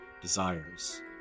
desires